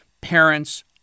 Parents